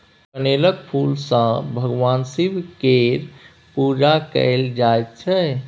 कनेलक फुल सँ भगबान शिब केर पुजा कएल जाइत छै